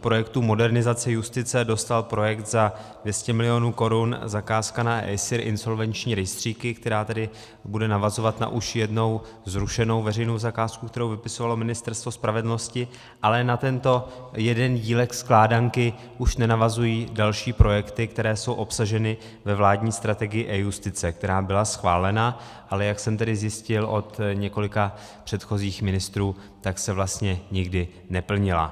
projektů modernizace justice dostal projekt za 200 milionů korun, zakázka na ISIR, insolvenční rejstříky, která bude navazovat na už jednou zrušenou veřejnou zakázku, kterou vypisovalo Ministerstvo spravedlnosti, ale na tento jeden dílek skládanky už nenavazují další projekty, které jsou obsaženy ve vládní strategii eJustice, která byla schválena, ale jak jsem zjistil od několika předchozích ministrů, tak se vlastně nikdy neplnila.